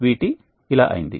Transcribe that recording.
VT ఇలా అయింది